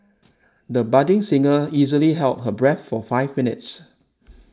the budding singer easily held her breath for five minutes